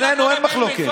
בינינו אין מחלוקת.